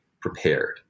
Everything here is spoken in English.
prepared